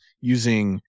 using